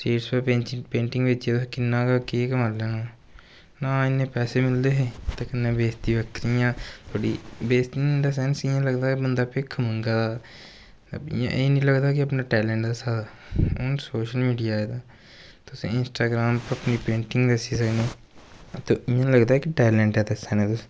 street च painting बेचियै तुसें किन्ना गै केह् कमाई लैना ना इन्ने पैसे मिलदे हे ते कन्नै बेसती बक्खरी इ'यां थोह्ड़ी बेसती नी इ'यां इन दा सैंस इ'यां लगदा हा बंदा भिक्ख मंगा दा एह् नी लगदा हा कि अपना टैलेंट दस्सा दा ऐ हून सोशल मीडिया दा तुस इंस्टाग्राम पर अपनी पेंटिंग दस्सी सकनें ते इ'यां लगदा कि टैलेंट ऐ दस्सा ने तुस